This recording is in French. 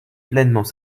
pleinement